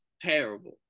terrible